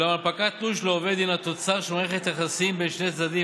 אולם הנפקת תלוש לעובד הינה תוצר של מערכת יחסים בין שני צדדים,